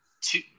two